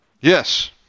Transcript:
Yes